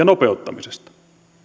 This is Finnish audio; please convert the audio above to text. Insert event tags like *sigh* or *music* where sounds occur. *unintelligible* nopeuttamisesta